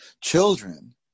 children